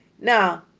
Now